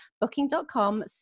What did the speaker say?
Booking.com